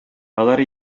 алар